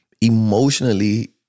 Emotionally